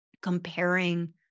comparing